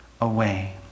away